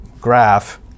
graph